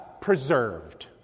preserved